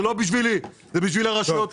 זה לא בשבילי אלא זה בשביל הרשויות האלה.